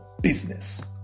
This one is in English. business